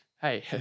hey